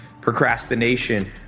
procrastination